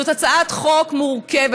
זאת הצעת חוק מורכבת.